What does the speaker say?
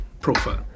profile